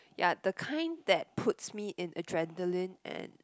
ya the kind that puts me in adrenaline and